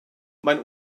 mein